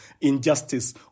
injustice